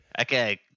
Okay